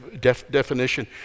definition